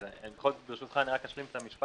בכל זאת, ברשותך, רק אשלים את המשפט.